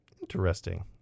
Interesting